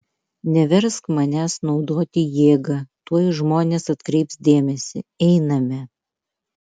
neversk manęs naudoti jėgą tuoj žmonės atkreips dėmesį einame